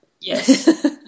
Yes